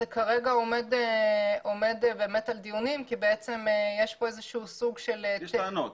כרגע זה עומד בדיונים כי יש פה סוג של --- יש טענות.